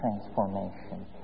transformation